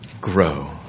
grow